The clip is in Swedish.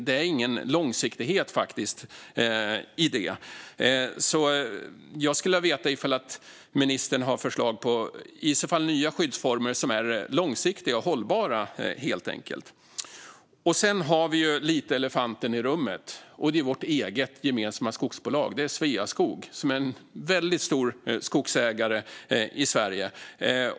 Det är ingen långsiktighet i det. Jag skulle helt enkelt vilja veta om ministern har förslag på nya skyddsformer som är långsiktiga och hållbara. Sedan har vi lite av elefanten i rummet, och det är vårt eget gemensamma skogsbolag: Sveaskog, som är en väldigt stor skogsägare i Sverige.